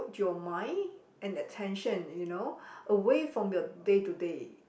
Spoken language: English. your mind and attention you know away from your day to day